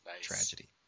Tragedy